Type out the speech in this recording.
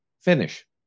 finish